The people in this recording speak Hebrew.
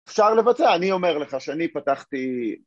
אפשר לבצע, אני אומר לך שאני פתחתי...